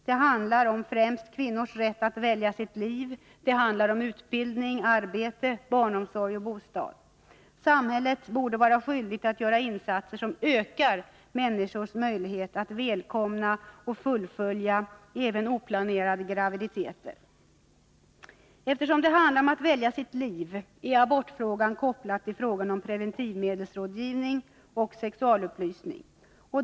Det handlar om främst kvinnors rätt att välja sitt liv. Det handlar om utbildning, arbete, barnomsorg och bostad. Samhället borde vara skyldigt att göra insatser som ökar människors möjligheter att välkomna och fullfölja även oplanerade graviditeter. Eftersom det handlar om att välja sitt liv, är abortfrågan kopplad till preventivmedelsrådgivningen och sexualupplysningen.